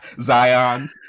Zion